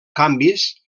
canvis